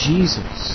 Jesus